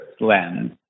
lens